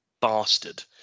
bastard